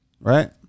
Right